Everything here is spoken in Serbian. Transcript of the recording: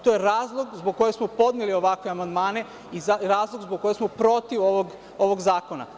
To je razlog zbog čega smo podneli ovakve amandmane i razlog zbog čega smo protiv ovog zakona.